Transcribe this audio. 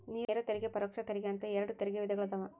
ನೇರ ತೆರಿಗೆ ಪರೋಕ್ಷ ತೆರಿಗೆ ಅಂತ ಎರಡ್ ತೆರಿಗೆ ವಿಧಗಳದಾವ